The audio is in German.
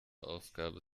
aufgabe